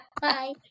Bye